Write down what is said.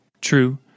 True